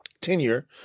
tenure